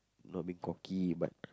not being cocky but